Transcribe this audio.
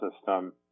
system